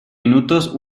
minutos